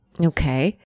Okay